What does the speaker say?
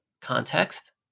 context